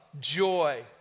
joy